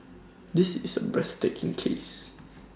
this is A breathtaking case